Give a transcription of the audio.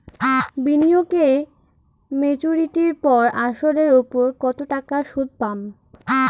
বিনিয়োগ এ মেচুরিটির পর আসল এর উপর কতো টাকা সুদ পাম?